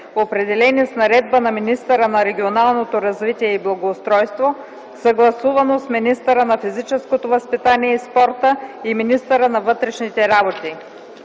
определени с наредба на министъра на регионалното развитие и благоустройството, съгласувано с министъра на физическото възпитание и спорта и министъра на вътрешните работи.”